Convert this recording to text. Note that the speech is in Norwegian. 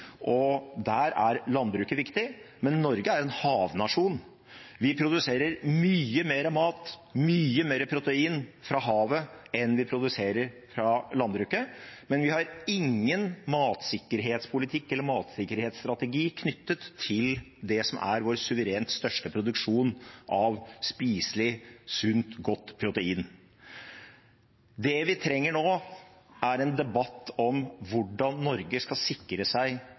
Der er landbruket viktig, men Norge er en havnasjon. Vi produserer mye mer mat og mye mer protein fra havet enn vi produserer fra landbruket, men vi har ingen matsikkerhetspolitikk eller matsikkerhetsstrategi knyttet til det som er vår suverent største produksjon av spiselig sunt og godt protein. Det vi trenger nå, er en debatt om hvordan Norge skal sikre seg